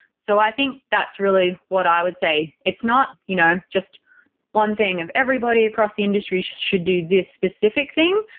so i think that's really what i would say it's not you know just one thing of everybody across the industry should should do this specific thing.